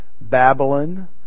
Babylon